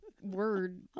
word